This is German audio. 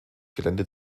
gelände